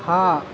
ಆ